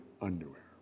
underwear